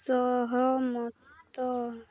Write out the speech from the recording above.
ସହମତ